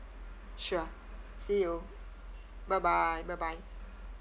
sure see you bye bye bye bye